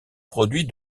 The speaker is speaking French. produit